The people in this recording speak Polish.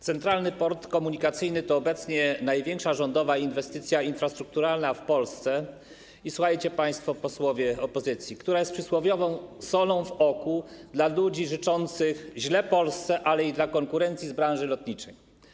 Centralny Port Komunikacyjny to obecnie największa rządowa inwestycja infrastrukturalna w Polsce - słuchajcie państwo posłowie opozycji - która jest przysłowiową solą w oku dla ludzi życzących źle Polsce, także dla konkurencji z branży lotniczej.